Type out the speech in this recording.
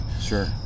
sure